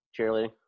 Cheerleading